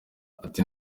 ati